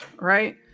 right